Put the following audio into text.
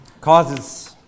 causes